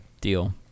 Deal